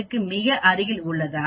க்கு மிக அருகில் உள்ளதா